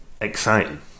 exciting